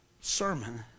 sermon